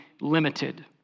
limited